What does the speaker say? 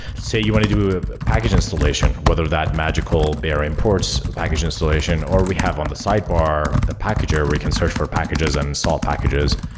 say, you want to do a package installation. whether that magically bear imports, package installation, or we have on the sidebar the packager, where you can search for packages and solve packages.